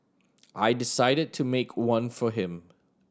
I decided to make one for him